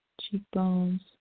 cheekbones